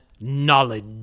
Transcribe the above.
knowledge